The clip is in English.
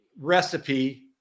recipe